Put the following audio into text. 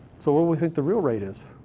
so what do we think the real rate is?